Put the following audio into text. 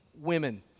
women